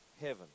heaven